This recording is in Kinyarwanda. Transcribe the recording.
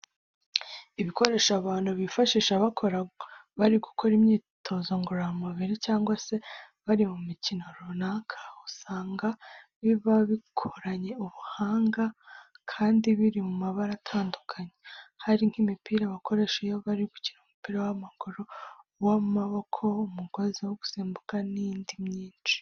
Ibikoresho abantu bifashisha bari gukora imyitozo ngororamubiri cyangwa se bari mu mikino runaka, usanga biba bikoranye ubuhanga kandi biri mu mabara atandukanye. Hari nk'imipira bakoresha iyo bari gukina umupira w'amaguru, uw'amaboko, umugozi wo gusimbuka n'iyindi myinshi.